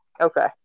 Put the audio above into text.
Okay